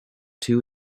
two